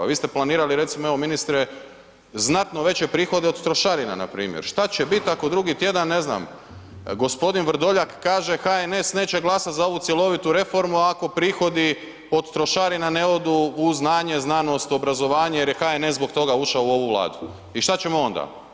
A vi ste planirali recimo evo ministre znatno veće prihode od trošarina na primjer, šta će biti ako drugi tjedan ne znam gospodin Vrdoljak kaže HNS neće glasati za ovu cjelovitu reformu ako prihodi od trošarina ne odu u znanje, znanost, obrazovanje jer je HNS zbog toga ušao u ovu Vladu i šta ćemo onda.